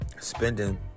spending